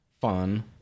fun